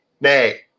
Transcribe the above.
nay